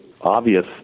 obvious